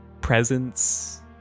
presence